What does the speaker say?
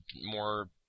more